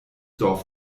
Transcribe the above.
dorf